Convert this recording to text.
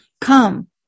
Come